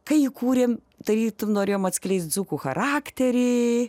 kai įkūrėm tarytum norėjom atskleisti dzūkų charakterį